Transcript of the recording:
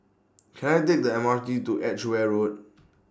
Can I Take The M R T to Edgeware Road